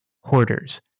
hoarders